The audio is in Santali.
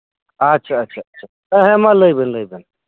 ᱟᱪᱷᱟ ᱟᱪᱷᱟ ᱦᱮᱸ ᱦᱮᱸ ᱢᱟ ᱞᱟᱹᱭᱵᱮᱱ ᱞᱟᱹᱭᱵᱮᱱ